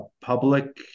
public